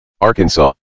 Arkansas